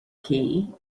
key